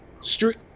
Street